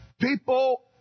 People